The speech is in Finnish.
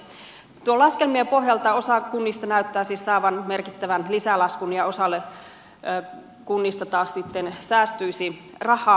noiden laskelmien pohjalta osa kunnista näyttää siis saavan merkittävän lisälaskun ja osalle kunnista taas säästyisi rahaa